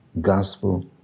gospel